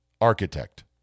architect